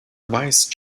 wise